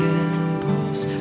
impulse